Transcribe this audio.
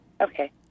Okay